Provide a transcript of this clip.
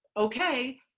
okay